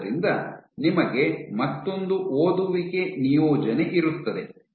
ಆದ್ದರಿಂದ ನಿಮಗೆ ಮತ್ತೊಂದು ಓದುವಿಕೆ ನಿಯೋಜನೆ ಇರುತ್ತದೆ